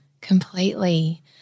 Completely